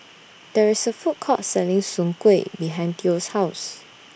There IS A Food Court Selling Soon Kueh behind Theo's House